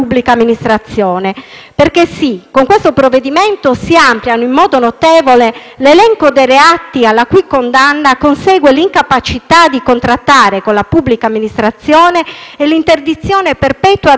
discussione, infatti, si ampia in modo notevole l'elenco dei reati alla cui condanna consegue l'incapacità di contrattare con la pubblica amministrazione e l'interdizione perpetua dai pubblici uffici